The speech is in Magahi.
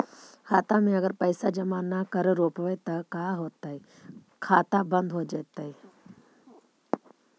खाता मे अगर पैसा जमा न कर रोपबै त का होतै खाता बन्द हो जैतै?